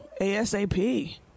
ASAP